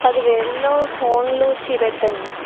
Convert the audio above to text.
పదివేలల్లో ఫోన్లు చూపెట్టండి